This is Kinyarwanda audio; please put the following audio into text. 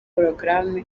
porogaramu